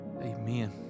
amen